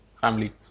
family